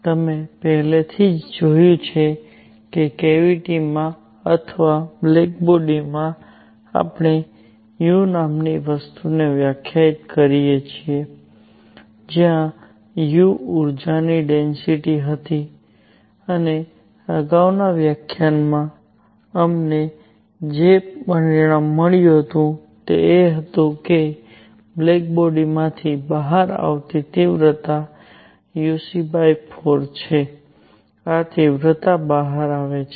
તમે પહેલેથી જ જોયું છે કે કેવીટીમાં અથવા બ્લેક બોડીમાં આપણે u નામની વસ્તુને વ્યાખ્યાયિત કરીએ છીએ જ્યાં u ઊર્જાની ડેન્સિટિ હતી અને અગાઉના વ્યાખ્યાનમાં અમને જે પરિણામ મળ્યું હતું તે એ હતું કે બ્લેક બોડીમાંથી બહાર આવતી તીવ્રતા uc4 છે આ તીવ્રતા બહાર આવે છે